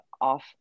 off